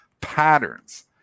Patterns